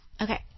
okay